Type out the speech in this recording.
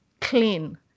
clean